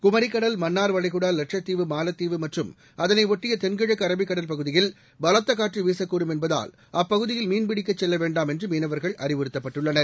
குமரிக்கடல் மன்னார்வளைகுடா லட்சத்தீவு மாலத்தீவு மற்றும் அதனை ஒட்டிய தென்கிழக்கு அரபிக் கடல் பகுதியில் பலத்தக் காற்று வீசக்கூடும் என்பதால் அப்பகுதியில் மீன்பிடிக்க செல்லவேண்டாம் என்று மீனவர்கள் அறிவுறுத்தப்பட்டுள்ளனர்